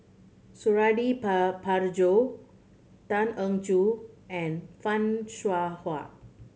Suradi Parjo Tan Eng Joo and Fan Shao Hua